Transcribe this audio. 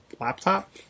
laptop